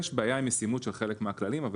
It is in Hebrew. יש בעיה עם ישימות של חלק מהכללים אבל